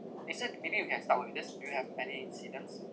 eason maybe you can start with this do you have any incidents